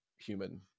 human